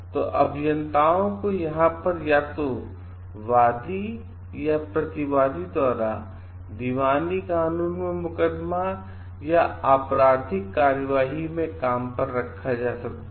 तो अभियंताओं को यहां पर या तो वादी या प्रतिवादी द्वारा दीवानी कानून में मुकदमा या आपराधिक कार्यवाही में काम पर रखा जा सकता है